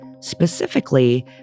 specifically